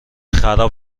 خراب